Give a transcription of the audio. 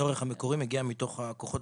הצורך המקורי מגיע מתוך הכוחות